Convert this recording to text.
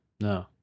no